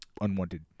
unwanted